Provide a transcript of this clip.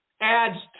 adds